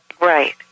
Right